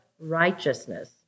Righteousness